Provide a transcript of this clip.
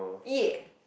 ya